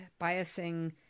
biasing